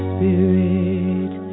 Spirit